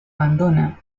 abandona